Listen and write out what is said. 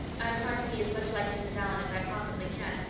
i'm trying to be as much like mrs. allan as i possibly can,